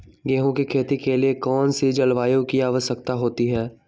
गेंहू की खेती के लिए कौन सी जलवायु की आवश्यकता होती है?